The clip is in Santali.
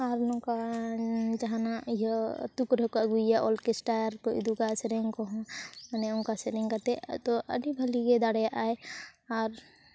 ᱟᱨ ᱱᱚᱝᱠᱟᱱ ᱡᱟᱦᱟᱱᱟᱜ ᱤᱭᱟᱹ ᱟᱹᱛᱩ ᱠᱚᱨᱮ ᱦᱚᱸᱠᱚ ᱟᱹᱜᱩᱭᱟ ᱚᱞᱠᱮᱥᱴᱟᱨ ᱠᱚᱭ ᱩᱫᱩᱜᱟ ᱥᱮᱨᱮᱧ ᱠᱚᱦᱚᱸ ᱢᱟᱱᱮ ᱚᱱᱠᱟ ᱥᱮᱨᱮᱧ ᱠᱟᱛᱮᱫ ᱟᱫᱚ ᱟᱹᱰᱤ ᱵᱷᱟᱹᱞᱤᱜᱮ ᱫᱟᱲᱮᱭᱟᱜᱼᱟᱭ ᱟᱨ